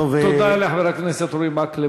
תודה לחבר הכנסת אורי מקלב.